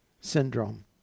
syndrome